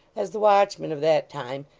as the watchmen of that time,